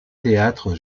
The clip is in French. théâtre